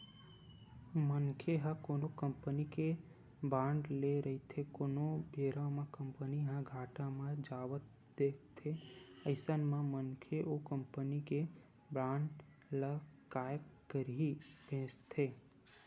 मनखे ह कोनो कंपनी के बांड ले रहिथे कोनो बेरा म कंपनी ह घाटा म जावत दिखथे अइसन म मनखे ओ कंपनी के बांड ल काय करही बेंचथे